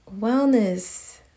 wellness